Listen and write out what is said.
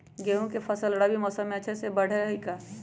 गेंहू के फ़सल रबी मौसम में अच्छे से बढ़ हई का?